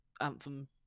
Anthem